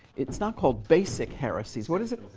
it not called basic heresies. what is it?